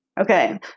Okay